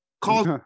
Calls